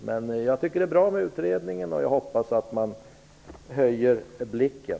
Men jag tycker att det är bra att utredningen har tillsatts och hoppas att man höjer blicken.